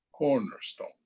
cornerstone